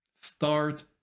start